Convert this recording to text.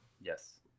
Yes